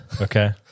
Okay